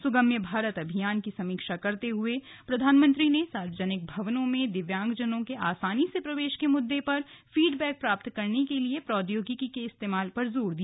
सुगम्य भारत अभियान की समीक्षा करते हुए प्रधानमंत्री ने सार्वजनिक भवनों में दिव्यांगजनों के आसानी से प्रवेश के मुद्दे पर फीड बैक प्राप्त करने के लिए प्रौद्योगिकी के इस्तेमाल पर जोर दिया